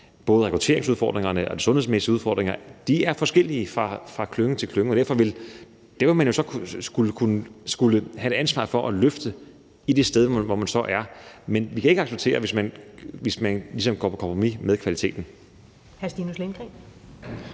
både rekrutteringsudfordringerne og de sundhedsmæssige udfordringer er forskellige fra klynge til klynge, og der vil man jo så skulle have et ansvar for at løfte i det sted, hvor man så er. Men vi kan ikke acceptere, hvis man ligesom går på kompromis med kvaliteten.